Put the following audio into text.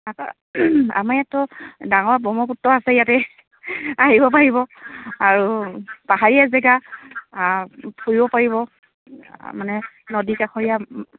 আমাৰ ইয়াততো ডাঙৰ ব্ৰহ্মপুত্ৰ আছে ইয়াতে আহিব পাৰিব আৰু পাহাৰীয়া জেগা ফুৰিব পাৰিব মানে নদী কাষৰীয়া